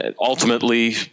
ultimately